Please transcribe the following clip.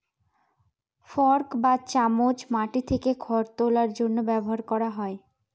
fork বা চামচ মাটি থেকে খড় তোলার জন্য ব্যবহার করা হয়